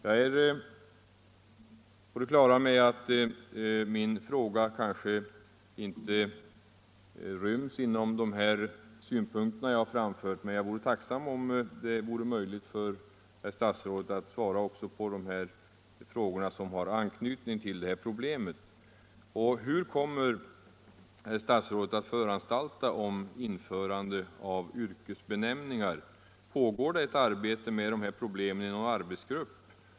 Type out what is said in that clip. Jag är fullt på det klara med att dessa förhållanden kanske inte ryms inom ramen för den framställda frågan, men jag vore glad om herr statsrådet kunde svara också på dessa nya frågor, som har anknytning till det problem som jag har pekat på. Jag vill också fråga: Hur kommer herr statsrådet att föranstalta om införande av yrkesbenämningar? Pågår något arbete med saken i någon arbetsgrupp?